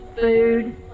food